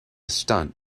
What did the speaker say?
stunt